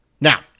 Now